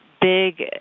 big